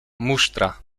musztra